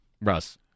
Russ